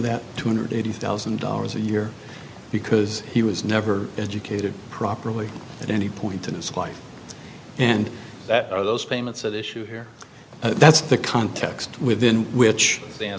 that two hundred eighty thousand dollars a year because he was never educated properly at any point in his life and that are those payments at issue here that's the context within which